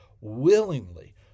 willingly